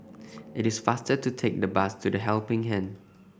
it is faster to take the bus to The Helping Hand